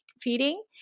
feeding